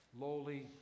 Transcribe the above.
lowly